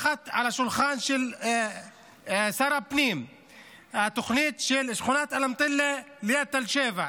על השולחן של שר הפנים מונחת התוכנית של שכונת אלמטלה ליד תל שבע,